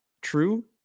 True